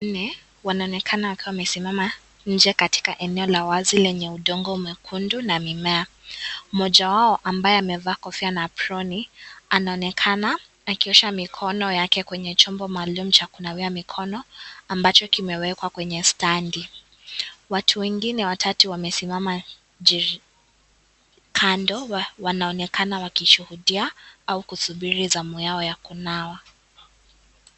Nne wanaonekana wakiwa wamesimama nje katika eneo la wazi lenye undogo mwekundu na mimea, mmoja wao ambaye amevaa kfia na aproni anaonekana akiosha mikono yake kwenye chombo maalum cha kunawia mikono ambacho kimewekwa kwa sitandi. Watu wengine watatu wamesimama nje kando wanaonekana wakishuhudia ama wakisubiri zamu yao ya kunawa.